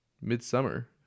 midsummer